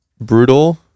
brutal